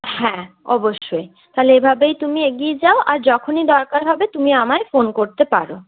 হ্যাঁ অবশ্যই তাহলে এভাবেই তুমি এগিয়ে যাও আর যখনই দরকার হবে তুমি আমায় ফোন করতে পারো